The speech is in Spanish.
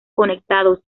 conectados